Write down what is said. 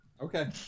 Okay